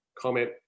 comment